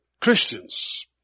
Christians